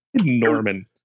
Norman